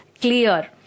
clear